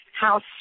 House